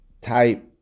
type